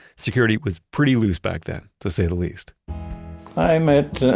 security was pretty loose back then, to say the least i met